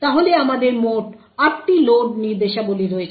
তাহলে আমাদের মোট আটটি লোড নির্দেশাবলী রয়েছে